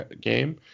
game